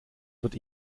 wird